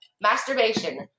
Masturbation